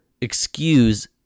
excuse